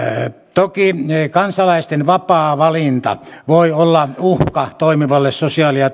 toki kansalaisten vapaa valinta voi olla uhka toimivalle sosiaali ja